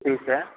ठीक है